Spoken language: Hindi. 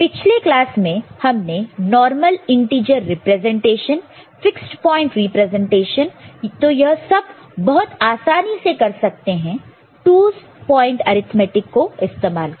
पिछले क्लास में हमने normal integer representation fixed point representation तो यह सब बहुत आसानी से कर सकते हैं 2's point arithmetic 2's point arithmetic को इस्तेमाल कर